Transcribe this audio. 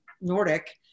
Nordic